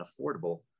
affordable